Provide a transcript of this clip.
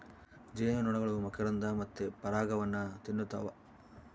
ಜೇನುನೊಣಗಳು ಮಕರಂದ ಮತ್ತೆ ಪರಾಗವನ್ನ ತಿನ್ನುತ್ತವ